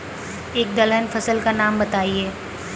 एक दलहन फसल का नाम बताइये